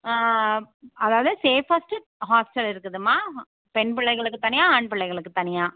அதாவது safe first hostel இருக்குதும்மா பெண் பிள்ளைகளுக்கு தனியாக ஆண் பிள்ளைகளுக்கு தனியாக